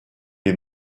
les